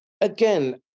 again